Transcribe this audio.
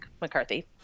McCarthy